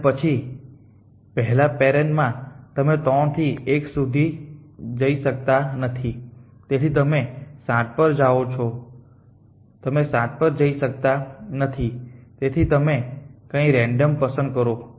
અને પછી પહેલા પેરેન્ટ માં તમે 3 થી 1 સુધી જઈ શકતા નથી તેથી તમે 7 પર જાઓ છો તમે 7 પર જઈ શકતા નથી તેથી તમે કંઈક રેન્ડમ પસંદ કરો છો